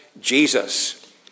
Jesus